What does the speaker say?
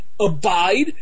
abide